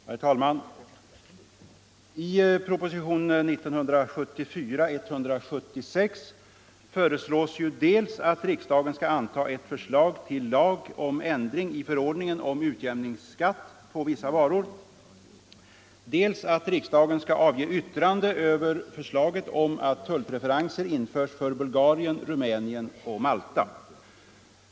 Herr talman! I propositionen 1974:176 föreslås dels att riksdagen skall anta ett förslag till lag om ändring i förordningen om utjämningsskatt på vissa varor, dels att riksdagen skall avge yttrande över förslaget om att tullpreferenser införs för Bulgarien, Rumänien och Malta.